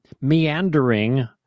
meandering